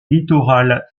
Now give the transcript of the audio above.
littorales